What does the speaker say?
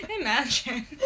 Imagine